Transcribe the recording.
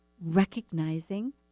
recognizing